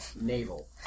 naval